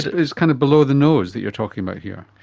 it's kind of below the nose that you're talking about here.